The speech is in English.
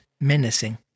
menacing